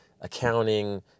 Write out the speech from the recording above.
accounting